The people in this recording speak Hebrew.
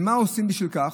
ומה עושים בשביל כך?